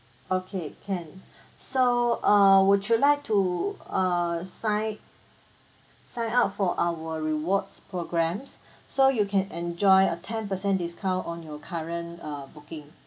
okay can so err would you like to err sign sign up for our rewards programs so you can enjoy a ten percent discount on your current uh booking